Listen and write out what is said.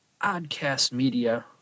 oddcastmedia